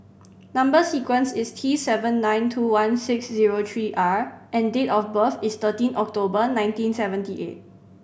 number sequence is T seven nine two one six zero three R and date of birth is thirteen October nineteen seventy eight